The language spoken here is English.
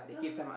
yeah